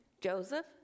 Joseph